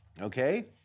Okay